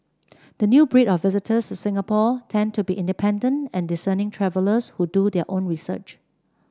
the new breed of visitors to Singapore tend to be independent and discerning travellers who do their own research